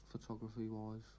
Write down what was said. photography-wise